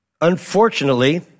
unfortunately